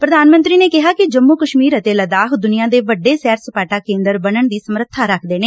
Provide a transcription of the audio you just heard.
ਪ੍ਧਾਨ ਮੰਤਰੀ ਨੇ ਕਿਹਾ ਕਿ ਜੰਮੁ ਕਸ਼ਮੀਰ ਅਤੇ ਲੱਦਾਖ ਦੁਨੀਆਂ ਦੇ ਵੱਡੇ ਸੈਰ ਸਪਾਟਾ ਕੇਂਦਰ ਬਣਨ ਦੀ ਸਮੱਰਬਾ ਰੱਖਦੇ ਨੇ